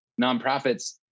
nonprofits